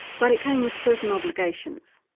but it came with certain obligations.